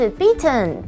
beaten 。